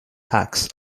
packs